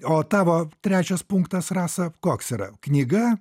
o tavo trečias punktas rasa koks yra knyga